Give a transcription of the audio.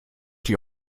die